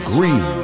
Green